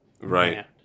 Right